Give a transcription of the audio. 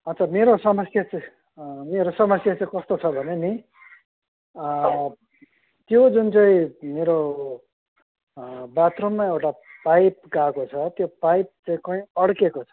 अच्छा मेरो समस्या चाहिँ मेरो समस्या चाहिँ कस्तो छ भने नि त्यो जुन चाहिँ मेरो बाथरूममा एउटा पाइप गएको छ त्यो पाइप चाहिँ कहीँ अड्केको छ